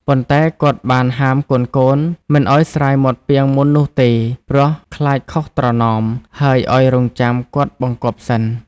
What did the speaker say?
ប៉ុន្តែគាត់បានហាមកូនៗមិនឲ្យស្រាយមាត់ពាងមុននោះទេ ព្រោះខ្លាចខុសត្រណម ហើយឲ្យរង់ចាំគាត់បង្គាប់សិន។